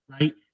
right